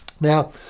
Now